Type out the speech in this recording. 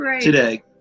today